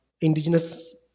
indigenous